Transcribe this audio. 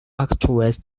actress